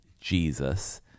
Jesus